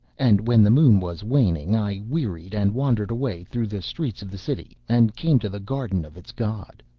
and when the moon was waning, i wearied and wandered away through the streets of the city and came to the garden of its god.